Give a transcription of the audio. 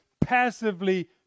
passively